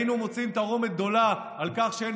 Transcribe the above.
היינו מוצאים תרעומת גדולה על כך שאין